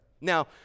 now